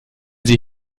sie